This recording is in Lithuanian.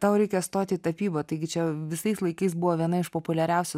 tau reikia stoti į tapybą taigi čia visais laikais buvo viena iš populiariausių